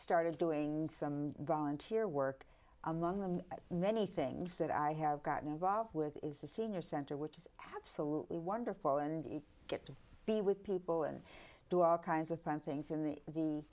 started doing some volunteer work among them many things that i have gotten involved with is the senior center which is absolutely wonderful and you get to be with people and do all kinds of fun things in the